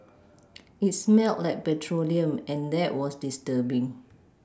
it smelt like petroleum and that was disturbing